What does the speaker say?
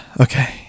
okay